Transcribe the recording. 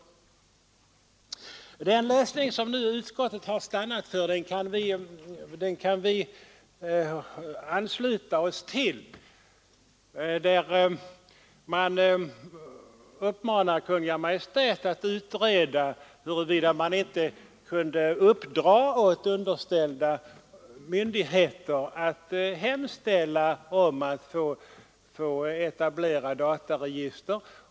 Den lösning som utskottet nu stannat för kan vi ansluta oss till. Man uppmanar Kungl. Maj:t att utreda frågan huruvida det inte kan uppdras åt underställda myndigheter att ansöka om tillstånd att få etablera dataregister.